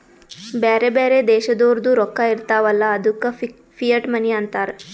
ಬ್ಯಾರೆ ಬ್ಯಾರೆ ದೇಶದೋರ್ದು ರೊಕ್ಕಾ ಇರ್ತಾವ್ ಅಲ್ಲ ಅದ್ದುಕ ಫಿಯಟ್ ಮನಿ ಅಂತಾರ್